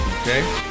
Okay